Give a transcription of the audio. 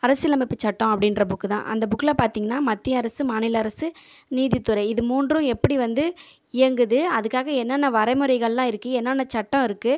அரசியலமைப்புச் சட்டம் அப்படின்ற புக்கு தான் அந்தப் புக்கில் பார்த்தீங்கனா மத்திய அரசு மாநில அரசு நீதித் துறை இது மூன்றும் எப்படி வந்து இயங்குது அதுக்காக என்னென்ன வரைமுறைகளெல்லாம் இருக்குது என்னென்ன சட்டம் இருக்குது